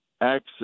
access